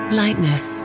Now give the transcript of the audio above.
lightness